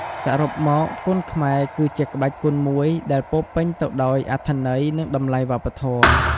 សរុបមក គុនខ្មែរគឺជាក្បាច់គុនមួយដែលពោរពេញទៅដោយអត្ថន័យ និងតម្លៃវប្បធម៌។